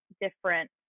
different